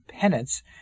Penance